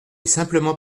simplement